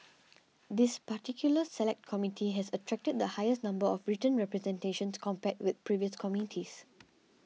this particular Select Committee has attracted the highest number of written representations compared with previous committees